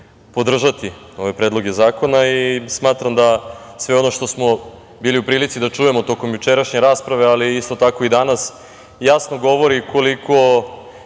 podržati ove predloge zakona. Smatram da sve ono što smo bili u prilici da čujemo tokom jučerašnje rasprave, ali isto tako i danas, jasno govori koliko